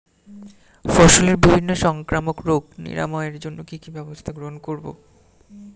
ফসলের বিভিন্ন সংক্রামক রোগ নিরাময়ের জন্য কি কি ব্যবস্থা গ্রহণ করব?